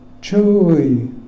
joy